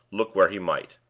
look where he might.